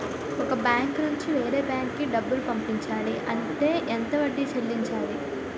ఒక బ్యాంక్ నుంచి వేరే బ్యాంక్ కి డబ్బులు పంపించాలి అంటే ఎంత వడ్డీ చెల్లించాలి?